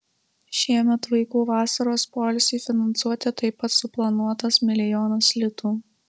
šiemet vaikų vasaros poilsiui finansuoti taip pat suplanuotas milijonas litų